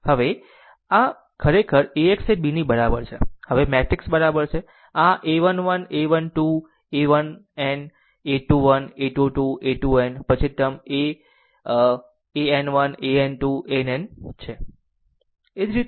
હવે આ ખરેખર AX એ Bની બરાબર છે હવે એ મેટ્રિક્સ બરાબર છે આ એ a 1 1 a 1 2 a 1n a 21 a 2 2 a 2n પછી ટર્મ 1 an 1 an 2 ann છે